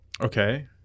Okay